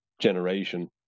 generation